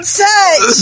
touch